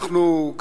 אנחנו,